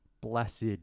blessed